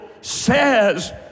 says